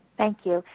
thank you.